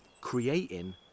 creating